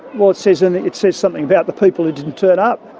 well, it says and it says something about the people who didn't turn up.